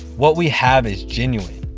what we have is genuine.